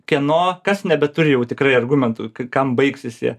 kieno kas nebeturi jau tikrai argumentų kam baigsis jie